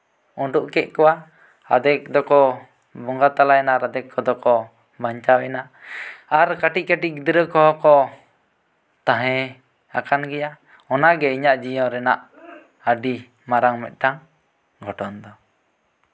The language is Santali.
ᱩᱸᱰᱩᱜ ᱠᱮᱫ ᱠᱚᱣᱟ ᱟᱫᱮᱠ ᱫᱚᱠᱚ ᱵᱚᱸᱜᱟ ᱛᱟᱞᱟᱭᱮᱱᱟ ᱟᱨ ᱟᱫᱮᱠ ᱠᱚᱫᱚᱠᱚ ᱵᱟᱧᱪᱟᱣᱮᱱᱟ ᱟᱨ ᱠᱟᱹᱴᱤᱡᱼᱠᱟᱹᱴᱤᱡ ᱜᱤᱫᱽᱨᱟᱹ ᱠᱚᱦᱚᱸ ᱠᱚ ᱛᱟᱦᱮᱸ ᱟᱠᱟᱱ ᱜᱮᱭᱟ ᱚᱱᱟ ᱜᱮ ᱤᱧᱟᱹᱜ ᱡᱤᱭᱚᱱ ᱨᱮᱱᱟᱜ ᱟᱹᱰᱤ ᱢᱟᱨᱟᱝ ᱢᱤᱫᱴᱮᱱ ᱜᱷᱚᱴᱚᱱ ᱫᱚ